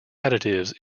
additives